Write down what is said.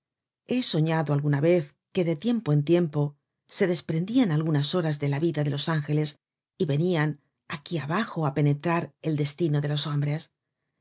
he soñado alguna vez que de tiempo en tiempo se desprendian algunas horas de la vida de los ángeles y venian aquí abajo á penetrar el destino de los hombres